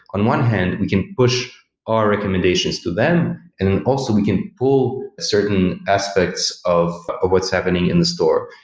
on one hand, we can push our recommendations to them and then also we can pull certain aspects of of what's happening in the store.